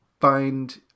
find